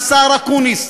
השר אקוניס,